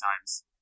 times